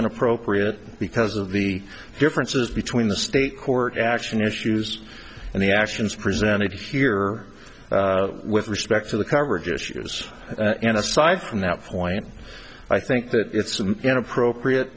inappropriate because of the differences between the state court action issues and the actions presented here with respect to the coverage issues and aside from that point i think that it's an inappropriate